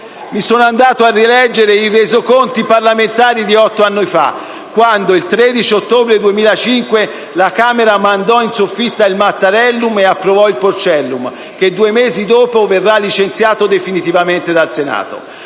Mi sono andato a rileggere i Resoconti parlamentari di otto anni fa, quando, il 13 ottobre 2005, la Camera mandò in soffitta il Mattarellum e approvò il porcellum, che due mesi dopo fu licenziato definitivamente dal Senato.